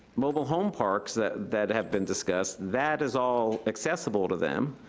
mobile home parks that that have been discussed, that is all accessible to them.